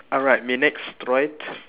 alright me next right